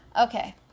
Okay